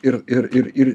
ir ir ir ir